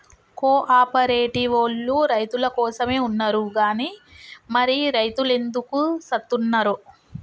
కో ఆపరేటివోల్లు రైతులకోసమే ఉన్నరు గని మరి రైతులెందుకు సత్తున్నరో